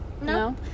no